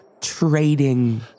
trading